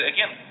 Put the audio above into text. Again